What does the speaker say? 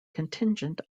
contingent